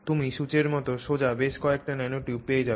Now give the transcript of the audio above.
তুমি সূঁচের মতো সোজা বেশ কয়েকটি ন্যানোটিউব পেয়ে যাবে